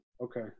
okay